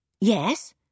Yes